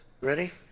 Ready